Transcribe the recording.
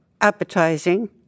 appetizing